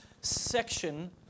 section